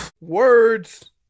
Words